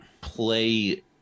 play